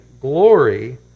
Glory